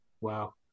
wow